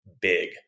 Big